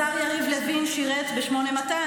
השר יריב לוין שרת ב-8200,